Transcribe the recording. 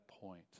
point